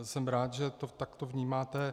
Jsem rád, že to takto vnímáte.